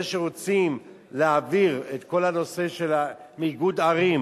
זה שרוצים להעביר את כל הנושא מאיגוד ערים